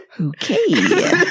okay